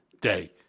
day